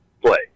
play